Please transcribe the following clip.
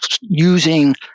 using